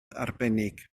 arbennig